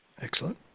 Excellent